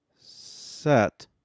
set